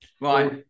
Right